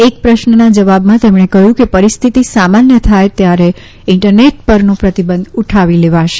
એક પ્રશ્નના જવાબમાં તેમણે કહ્યું કે પરિહ્યથતિ સામાન્ય થાય ત્યારે ઇન્ટરનેટ પરનો પ્રતિબંધ ઉઠાવી લેવાશે